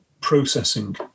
processing